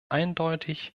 eindeutig